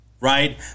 Right